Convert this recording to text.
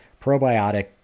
probiotic